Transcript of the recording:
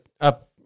up